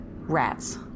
Rats